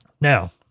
Now